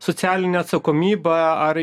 socialine atsakomybe ar